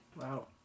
Wow